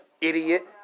Idiot